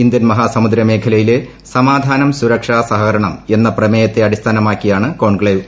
Indian മഹാസമുദ്ദ് ്മേഖലയിലെ സമാധാനം സുരക്ഷ സഹകരണം എന്ന പ്പൂമ്പേയത്തെ അടിസ്ഥാനമാക്കിയാണ് കോൺക്ലേവ്